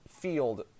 field